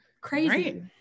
crazy